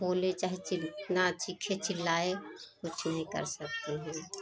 बोले चाहे चिल न चीखे चिल्लाये कुछ नहीं कर सकती हैं